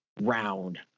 round